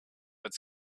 its